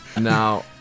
Now